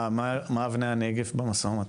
מה אבני הנגף במו"מ כרגע?